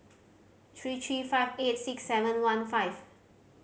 three three five eight six seven one five